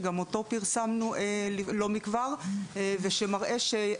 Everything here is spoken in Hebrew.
שגם אותו פרסמנו לא מכבר ושמראה ש-